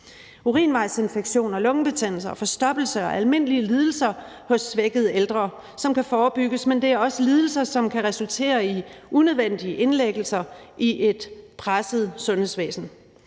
Urinvejsinfektioner, lungebetændelse og forstoppelse er almindelige lidelser hos svækkede ældre, som kan forebygges, men det er også lidelser, som kan resultere i unødvendige indlæggelser i et presset sundhedsvæsen.